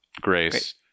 Grace